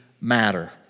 matter